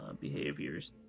behaviors